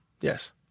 Yes